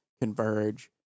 Converge